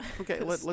Okay